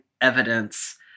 evidence